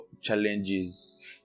challenges